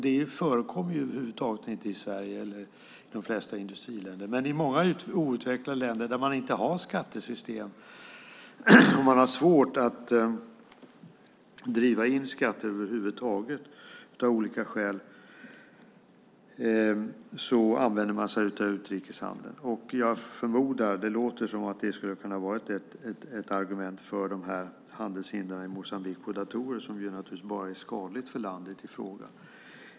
Det förekommer över huvud taget inte i Sverige eller i de flesta industriländer, men i många outvecklade länder där man inte har skattesystem och man har svårt att driva in skatt över huvud taget av olika skäl använder man sig av utrikeshandeln. Det låter som att det skulle ha kunnat vara ett argument för de här handelshindren i Moçambique, när det gällde datorer, som naturligtvis bara är skadliga för landet i fråga.